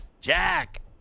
Jack